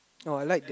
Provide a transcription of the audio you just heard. oh I like the